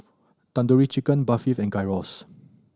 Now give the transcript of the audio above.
Tandoori Chicken Barfi and Gyros